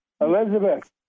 Elizabeth